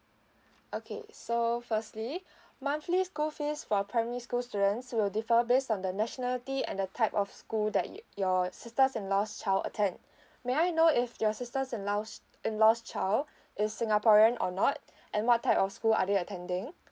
okay so firstly monthly school fees for primary school students will differ based on the nationality the and the type of school that you your sister in law's child attend may I know if your sister in law's in law's child is singaporean or not and what type of school are they attending